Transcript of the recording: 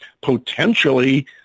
potentially